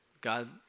God